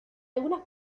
algunas